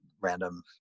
random